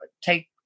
take